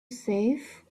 safe